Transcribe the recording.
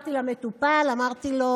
חזרתי למטופל, אמרתי לו: